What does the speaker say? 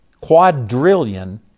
quadrillion